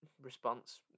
response